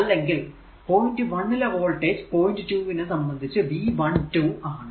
അല്ലെങ്കിൽ പോയിന്റ് 1 ലെ voltage point 2 നെ സംബന്ധിച്ചു V12 ആണ്